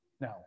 Now